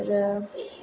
आरो